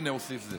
הינה, הוסיפו.